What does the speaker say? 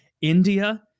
India